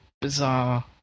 bizarre